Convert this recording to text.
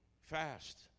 fast